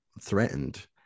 threatened